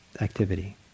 activity